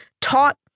taught